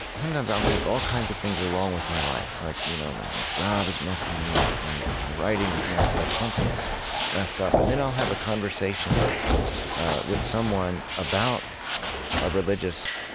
sometimes, i'll think all kinds of things are wrong with my life. like you know my my job is messing me ah up. my my writing is messed up. something's messed up. and then i'll have a conversation with someone about a religious